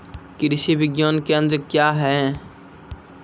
कृषि विज्ञान केंद्र क्या हैं?